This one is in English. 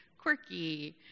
quirky